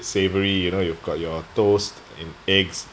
savory you know you've got your toast in eggs